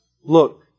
Look